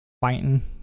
fighting